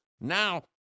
Now